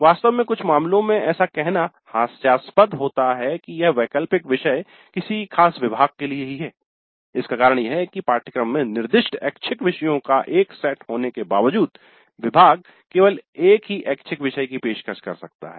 वास्तव में कुछ मामलों में ऐसा कहना हास्यास्पद होता है कि यह वैकल्पिक विषय किसी खास विभाग के लिए ही है इसका कारण यह है कि पाठ्यक्रम में निर्दिष्ट ऐच्छिक विषयों का एक सेट होने के बावजूद विभाग केवल एक ही ऐच्छिक विषय की पेशकश कर सकता है